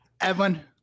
Evan